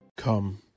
Come